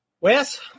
Wes